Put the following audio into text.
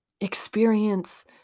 experience